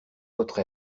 votre